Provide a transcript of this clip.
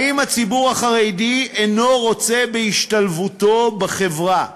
האם הציבור החרדי אינו רוצה בהשתלבותו בחברה?